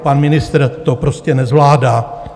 Pan ministr to prostě nezvládá.